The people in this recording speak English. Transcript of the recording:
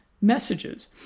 messages